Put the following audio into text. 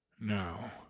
Now